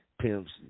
Pimps